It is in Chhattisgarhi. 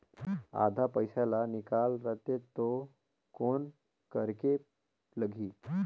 आधा पइसा ला निकाल रतें तो कौन करेके लगही?